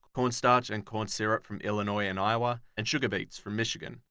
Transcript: corn starch and corn syrup from illinois and iowa and sugar beets from michigan.